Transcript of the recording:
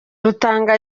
rutanga